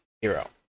Hero